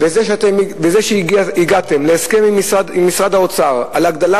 וזה שהגעתם להסכם עם משרד האוצר על הגדלה